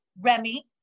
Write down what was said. Remy